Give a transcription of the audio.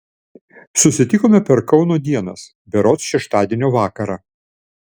susitikome per kauno dienas berods šeštadienio vakarą